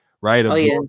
right